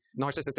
narcissistic